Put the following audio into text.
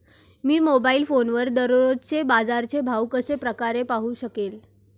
मी mobile फोनवर दररोजचे बाजाराचे भाव कशा प्रकारे पाहू शकेल?